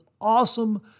awesome